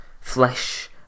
Flesh